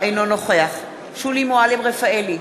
אינו נוכח שולי מועלם-רפאלי,